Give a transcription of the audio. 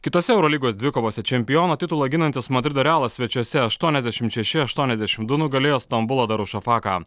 kitose eurolygos dvikovose čempiono titulą ginantis madrido realas svečiuose aštuoniasdešimt šeši aštuoniasdešimt du nugalėjo stambulo darušafaką